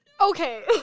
Okay